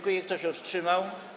Kto się wstrzymał?